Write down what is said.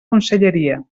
conselleria